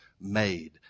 made